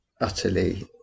utterly